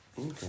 Okay